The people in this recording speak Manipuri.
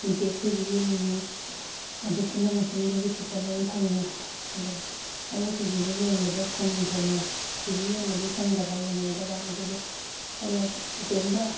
ꯏꯝꯄꯦꯛ ꯇꯤ ꯚꯤ ꯌꯦꯡꯅꯤꯡꯉꯦ ꯑꯗꯨ ꯄꯨꯝꯅꯃꯛ ꯌꯨꯇꯨꯞꯇ ꯂꯣꯏ ꯐꯪꯉꯦ ꯑꯗꯨ ꯑꯩꯅ ꯇꯤ ꯚꯤꯗ ꯌꯦꯡꯕꯗ ꯁꯪꯗꯗꯅ ꯇꯤ ꯚꯤ ꯌꯦꯡꯕꯗꯤ ꯁꯪꯗꯕ ꯌꯦꯡꯍꯧꯗꯕ ꯑꯗꯨꯕꯨ ꯑꯩꯅ ꯏꯇꯣꯝꯗ